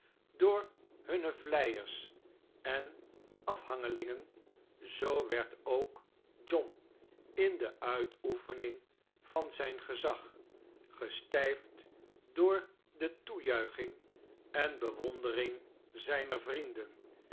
door hunne vleiers en afhangelingen zoo werd ook john in de uitoefening van zijn gezag gestijfd door de toejuiching en bewondering zijner vrienden